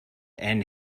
and